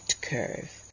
curve